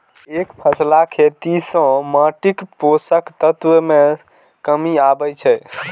एकफसला खेती सं माटिक पोषक तत्व मे कमी आबै छै